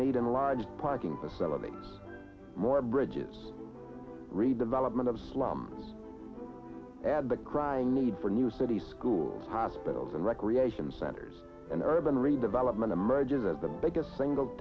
in large parking facilities more bridges redevelopment of slum add the crying need for new city schools hospitals and recreation centers and urban redevelopment emerges as the biggest single